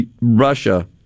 Russia